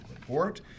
Report